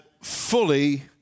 fully